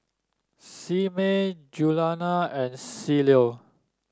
Simmie Juliana and Cielo